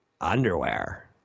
underwear